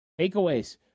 takeaways